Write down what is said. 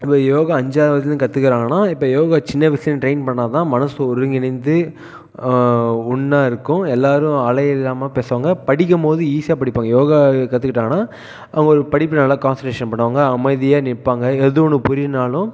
இப்போது யோகா அஞ்சாவதுலேருந்து கற்றுக்கிறாங்கன்னா இப்போ யோகா சின்ன வயசுலேருந்து ட்ரைன் பண்ணால் தான் மனது ஒருங்கிணைந்து ஒன்னாக இருக்கும் எல்லோரும் அலையில்லாமல் பேசுவாங்க படிக்கும் போது ஈஸியாக படிப்பாங்க யோகா கற்றுக்கிட்டாங்கன்னா அவங்களுக்கு படிப்பு நல்லா கான்சென்ட்ரேஷன் பண்ணுவாங்க அமைதியாக நிற்பாங்க எது ஒன்று புரியலைன்னாலும்